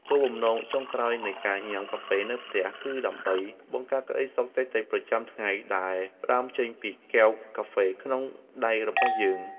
គោលបំណងចុងក្រោយនៃការញ៉ាំកាហ្វេនៅផ្ទះ គឺដើម្បីបង្កើតក្ដីសុខតិចៗប្រចាំថ្ងៃដែលផ្ដើមចេញពីកែវកាហ្វេក្នុងដៃរបស់យើង។